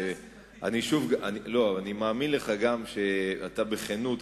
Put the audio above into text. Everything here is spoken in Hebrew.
אני מאמין לך גם שאתה בכנות,